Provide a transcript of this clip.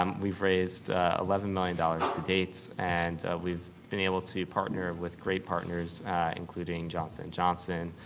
um we've raised eleven million dollars to date and we've been able to partner with great partners including johnson and johnson,